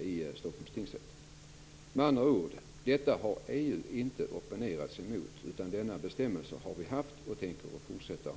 i Stockholms tingsrätt. Detta har EU inte opponerat sig mot. Denna bestämmelse har vi haft och tänker fortsätta att ha.